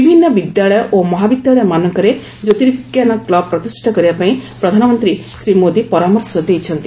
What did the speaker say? ବିଭିନ୍ନ ବିଦ୍ୟାଳୟ ଓ ମହାବିଦ୍ୟାଳୟମାନଙ୍କରେ ଜ୍ୟୋତିର୍ବିଜ୍ଞାନ କ୍ଲବ୍ ପ୍ରତିଷ୍ଠା କରିବାପାଇଁ ପ୍ରଧାନମନ୍ତ୍ରୀ ଶ୍ରୀ ମୋଦି ପରାମର୍ଶ ଦେଇଛନ୍ତି